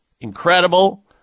incredible